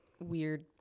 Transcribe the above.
weird